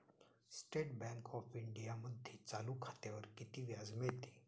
State bank of इंडियामध्ये चालू खात्यावर किती व्याज मिळते?